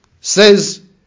says